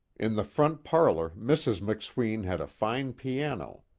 in the front parlor, mrs. mcsween had a fine piano.